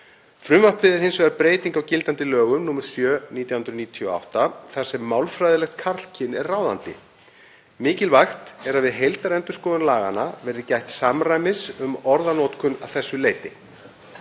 Frumvarpið er hins vegar breyting á gildandi lögum nr. 7/1998, þar sem málfræðilegt karlkyn er ráðandi. Mikilvægt er að við heildarendurskoðun laganna verði gætt samræmis um orðanotkun að þessu leyti.